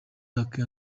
lucky